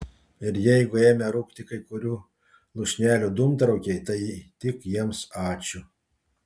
ir jeigu ėmė rūkti kai kurių lūšnelių dūmtraukiai tai tik jiems ačiū